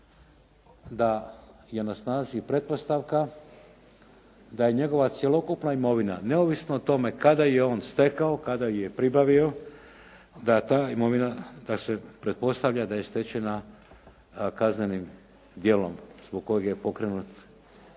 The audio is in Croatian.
da je na snazi pretpostavka da je njegova cjelokupna imovina neovisno o tome kada ju je on stekao, kada ju je pribavio, da ta imovina, da se pretpostavlja da je stečena kaznenim djelom zbog kojeg je pokrenut